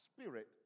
spirit